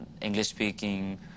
English-speaking